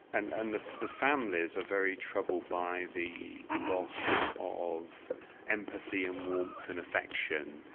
and and the the families are very troubled by the loss of empathy, and warmth, and affection.